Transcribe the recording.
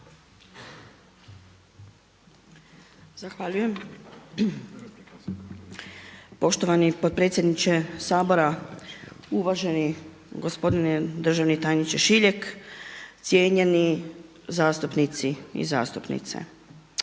Zahvaljujem. Poštovani potpredsjedniče Sabora, uvaženi gospodine državni tajniče Šiljeg, cijenjeni zastupnici i zastupnice.